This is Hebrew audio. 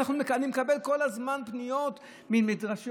אני מקבל כל הזמן פניות ממדרשות,